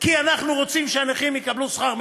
כי אנחנו רוצים שהנכים יקבלו שכר מינימום,